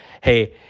hey